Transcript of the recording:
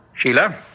Sheila